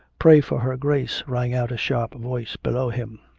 pray for her grace, rang out a sharp voice below him.